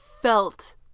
felt